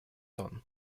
тон